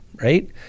right